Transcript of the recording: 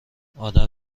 آدم